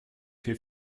fait